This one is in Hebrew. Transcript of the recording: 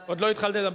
עוד לא התחלת לדבר.